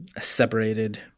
separated